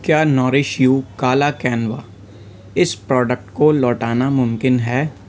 کیا Nourish You کالا quinoa اس پروڈکٹ کو لوٹانا ممکن ہے